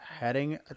heading